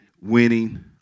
winning